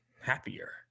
happier